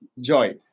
joy